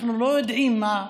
אנחנו לא יודעים מה יהיה.